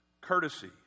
courtesy